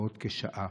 בעוד כשעה.